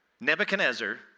Nebuchadnezzar